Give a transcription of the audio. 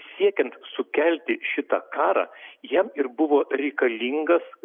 siekiant sukelti šitą karą jiem ir buvo reikalingas